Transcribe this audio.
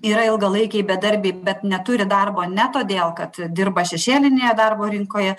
yra ilgalaikiai bedarbiai bet neturi darbo ne todėl kad dirba šešėlinėje darbo rinkoje